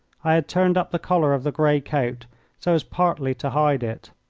i had turned up the collar of the grey coat so as partly to hide it.